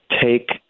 take